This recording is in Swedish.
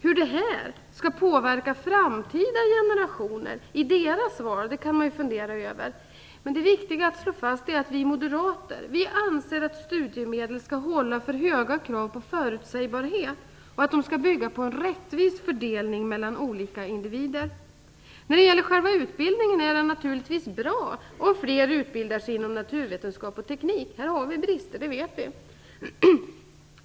Hur detta faktum påverkar framtida generationer i deras val kan man fundera över, men det viktiga är att slå fast att vi moderater anser att studiemedel skall hålla för höga krav på förutsägbarhet och att de skall bygga på rättvis fördelning mellan olika individer. När det gäller själva utbildningen är det naturligtvis bra om fler utbildar sig inom naturvetenskap och teknik. Här har vi brister, det vet vi.